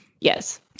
Yes